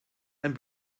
and